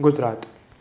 Gujarat